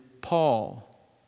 Paul